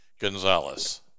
Gonzalez